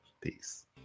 Peace